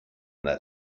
that